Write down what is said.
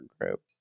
group